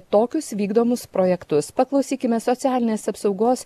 tokius vykdomus projektus paklausykime socialinės apsaugos